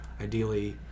ideally